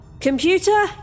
Computer